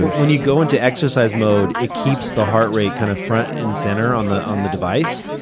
when you go into exercise mode, it keeps the heart rate kind of front and center on the on the device,